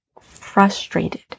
frustrated